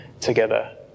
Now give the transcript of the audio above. together